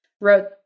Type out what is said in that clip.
wrote